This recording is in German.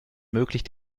möglich